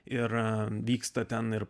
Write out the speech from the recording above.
ir vyksta ten ir